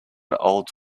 old